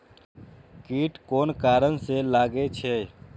कीट कोन कारण से लागे छै?